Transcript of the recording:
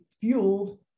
fueled